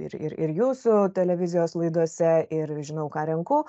ir ir jūsų televizijos laidose ir žinau ką renku